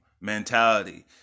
Mentality